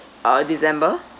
uh december